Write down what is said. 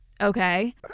Okay